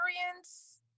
experience